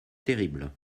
terrible